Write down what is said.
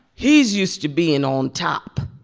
he's used to being on top.